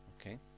okay